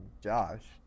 Josh